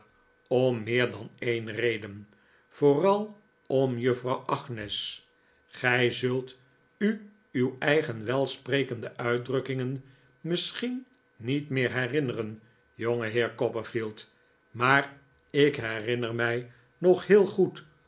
om meer dan eeri reden vooral om juffrouw agnes gij zult u uw eigen welsprekehde uitdrukkingen misschien niet meer herinneren jongeheer copperfield maar ik herinner mij nog heel goed